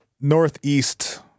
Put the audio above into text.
northeast